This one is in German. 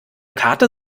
karte